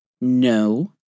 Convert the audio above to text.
No